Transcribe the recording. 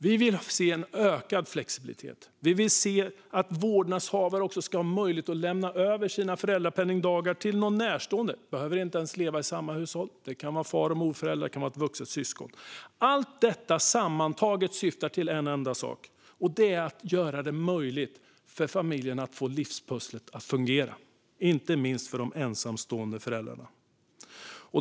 Vi vill se en ökad flexibilitet så att vårdnadshavare får möjlighet att lämna över sina föräldrapenningdagar till någon närstående. Det behöver inte vara någon i samma hushåll, utan det kan vara far och morföräldrar eller ett vuxet syskon. Allt detta sammantaget syftar till en enda sak, och det är att göra det möjligt för familjer att få livspusslet att fungera, inte minst för de ensamstående föräldrarna.